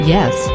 Yes